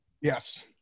Yes